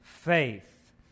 Faith